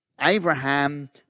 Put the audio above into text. Abraham